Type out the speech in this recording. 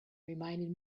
reminded